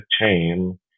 chain